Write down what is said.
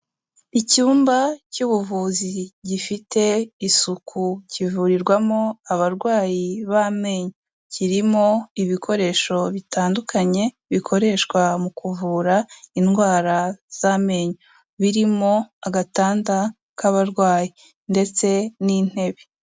Icyumba cy'ubuvuzi gifite isuku kivurirwamo abarwayi b'amenyo, kirimo ibikoresho bitandukanye bikoreshwa mu kuvura indwara z'amenyo, birimo agatanda k'abarwayi ndetse n'intebe.